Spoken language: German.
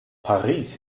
paris